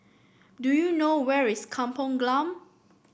do you know where is Kampong Glam